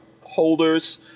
holders